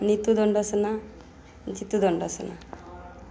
Nitu Dandasena Jitu Dandasena